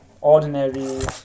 ordinary